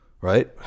right